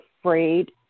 afraid